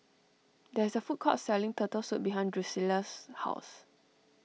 there is a food court selling Turtle Soup behind Drusilla's house